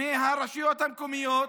מהרשויות המקומיות.